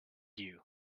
you